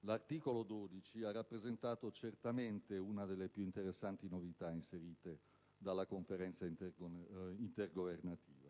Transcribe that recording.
L'articolo 12 ha rappresentato certamente una delle più interessanti novità inserite dalla Conferenza intergovernativa.